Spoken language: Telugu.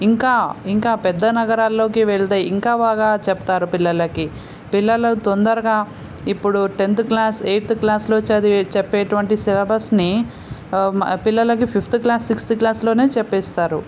ఇంకా ఇంకా పెద్ద నగరాలలో వెళితే ఇంకా బాగా చెప్తారు పిల్లలకి పిల్లలు తొందరగా ఇప్పుడు టెన్త్ క్లాస్ ఎయిత్ క్లాస్లో చదివే చెప్పేటటువంటి సిలబస్ని మా పిల్లలకి ఫిఫ్త్ క్లాస్ సిక్స్త్ క్లాస్లోనే చెప్తారు